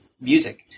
music